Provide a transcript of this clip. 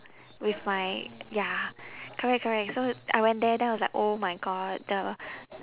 with my ya correct correct so I went there then I was like oh my god the